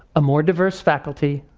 a more diverse faculty,